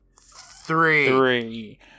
three